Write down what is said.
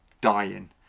dying